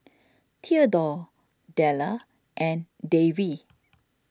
thedore Della and Davie